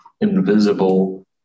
invisible